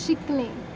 शिकणे